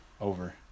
Over